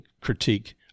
critique